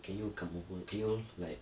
can you come over can you like